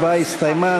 ההצבעה הסתיימה,